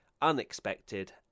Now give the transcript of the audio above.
unexpected